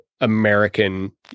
American